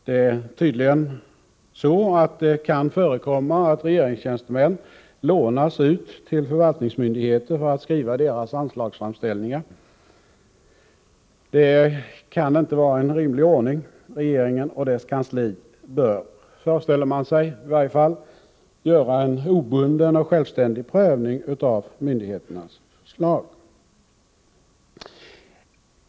Det är tydligen så att det kan förekomma att regeringstjänstemän lånas ut till förvaltningsmyndigheter för att skriva deras anslagsframställningar. Det kan inte vara en rimlig ordning. Regeringen och dess kansli bör — föreställer man sig i varje fall — göra en obunden och självständig prövning av myndigheternas förslag.